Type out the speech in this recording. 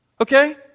okay